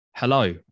Hello